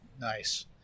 Nice